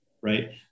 right